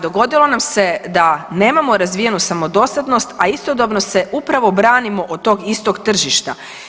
Dogodilo nam se da nemamo razvijenu samodostatnost, a istodobno se upravo branimo od tog istog tržišta.